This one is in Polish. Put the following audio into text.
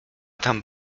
tam